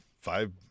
five